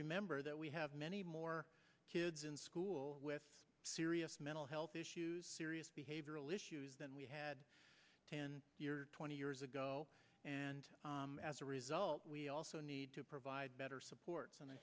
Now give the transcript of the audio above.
remember that we have many more kids in school with serious mental health issues serious behavioral issues than we had ten or twenty years ago and as a result we also need to provide better supports and i